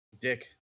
Dick